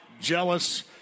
jealous